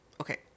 Okay